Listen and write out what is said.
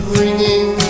ringing